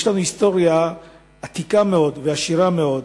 יש לנו היסטוריה עתיקה מאוד ועשירה מאוד,